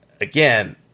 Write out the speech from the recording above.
again